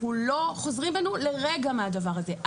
אנחנו לא חוזרים בנו לרגע מהדבר הזה.